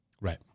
Right